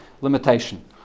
limitation